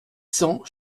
cents